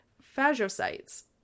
phagocytes